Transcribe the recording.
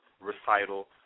recital